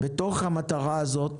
בתוך המטרה הזאת,